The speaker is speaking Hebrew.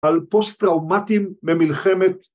על פוסט טראומטים ממלחמת